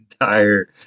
Entire